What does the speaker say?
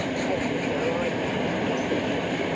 have you no idea who sent it?